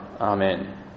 Amen